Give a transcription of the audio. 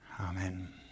amen